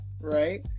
Right